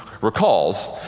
recalls